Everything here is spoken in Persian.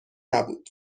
نبود